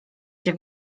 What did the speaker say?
się